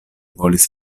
volis